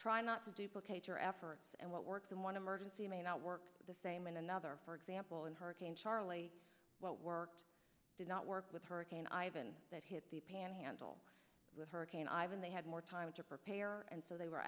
trying not to duplicate their efforts and what works in one emergency may not work the same in another for example in hurricane charley what worked did not work with hurricane ivan that hit the panhandle with hurricane ivan they had more time to prepare and so they were